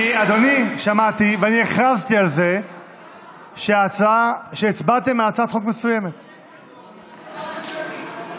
אבל אני הכרזתי שהצעת חוק עוסק זעיר התקבלה בקריאה הטרומית,